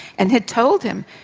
and had told him,